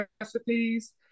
recipes